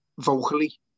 vocally